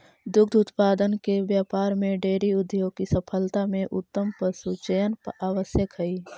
दुग्ध उत्पादन के व्यापार में डेयरी उद्योग की सफलता में उत्तम पशुचयन आवश्यक हई